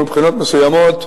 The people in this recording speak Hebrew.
ומבחינות מסוימות,